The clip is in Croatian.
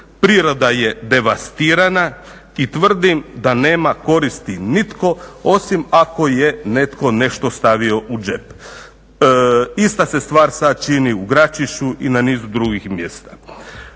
priroda je devastirana i tvrdim da nema koristi nitko osim ako je netko nešto stavio u džep. Ista se sada stvar čini u Gračišću i na nizu drugih mjesta.